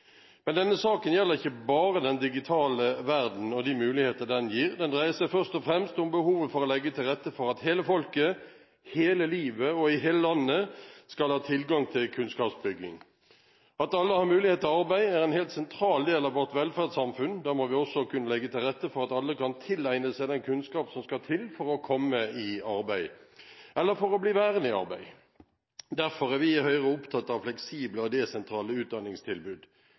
Men denne saken gjelder ikke bare den digitale verden og de muligheter den gir. Den dreier seg først og fremst om behovet for å legge til rette for at hele folket – hele livet, og i hele landet – skal ha tilgang til kunnskapsbygging. At alle har mulighet til arbeid, er en helt sentral del av vårt velferdssamfunn. Da må vi også legge til rette for at alle skal kunne tilegne seg den kunnskap som skal til for å komme i arbeid, eller for å bli værende i arbeid. Derfor er vi i Høyre opptatt av fleksible og desentrale utdanningstilbud.